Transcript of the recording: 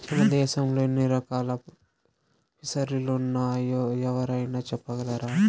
మన దేశంలో ఎన్ని రకాల ఫిసరీలున్నాయో ఎవరైనా చెప్పగలరా